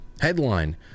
headline